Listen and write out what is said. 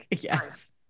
Yes